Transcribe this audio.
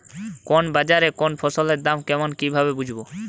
কোন বাজারে কোন ফসলের দাম কেমন কি ভাবে বুঝব?